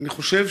אני חושב